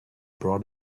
brought